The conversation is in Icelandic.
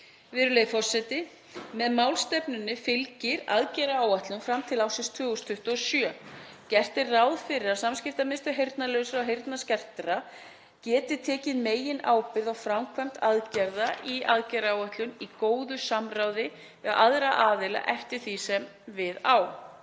Virðulegi forseti. Með málstefnunni fylgir aðgerðaáætlun fram til ársins 2027. Gert er ráð fyrir að samskiptamiðstöð heyrnarlausra og heyrnarskertra getið tekið meginábyrgð á framkvæmd aðgerða í aðgerðaáætlun í góðu samráði við aðra aðila eftir því sem við á.